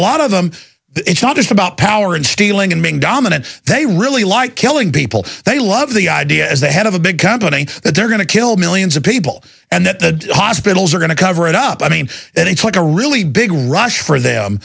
lot of them it's not just about power and stealing and being dominant they really like killing people they love the idea as the head of a big company that they're going to kill millions of people and that the hospitals are going to cover it up i mean it's like a really big rush for